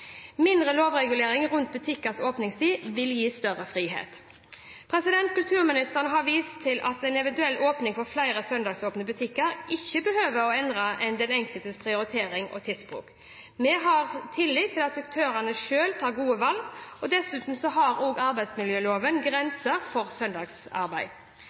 Mindre lovreguleringer rundt butikkers åpningstider vil gi større frihet. Kulturministeren har vist til at en eventuell åpning for flere søndagsåpne butikker ikke behøver å endre den enkeltes prioriteringer og tidsbruk. Vi har tillit til at aktørene selv tar gode valg. Dessuten har arbeidsmiljøloven grenser for søndagsarbeid.